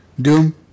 Doom